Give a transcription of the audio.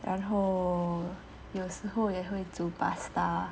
然后有时候也会煮 pasta